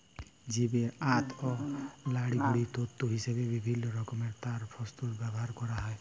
জীবের আঁত অ লাড়িভুঁড়িকে তল্তু হিসাবে বিভিল্ল্য রকমের তার যল্তরে ব্যাভার ক্যরা হ্যয়